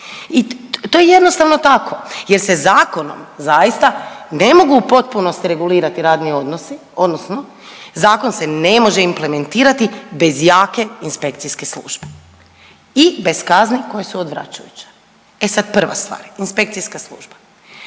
I to je jednostavno tako jer se zakonom zaista ne mogu u potpunosti regulirati radni odnosi odnosno zakon se ne može implementirati bez jake inspekcijske službe i bez kazne koje su odvračujuće. E sad, prva stvar inspekcijska služba.